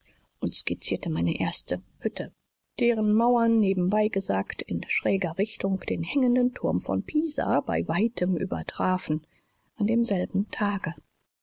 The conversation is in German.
und skizzierte meine erste hütte deren mauern nebenbei gesagt in schräger richtung den hängenden turm von pisa bei weitem übertrafen an demselben tage